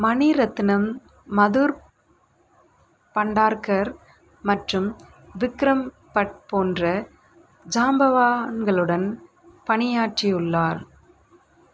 மணிரத்னம் மதுர் பண்டார்கர் மற்றும் விக்ரம் பட் போன்ற ஜாம்பவான்களுடன் பணியாற்றியுள்ளார்